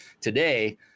Today